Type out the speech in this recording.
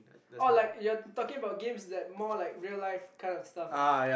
oh like you are talking about games that more like real life kind of stuffs ah